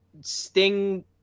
Sting